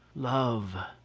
love,